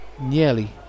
Nearly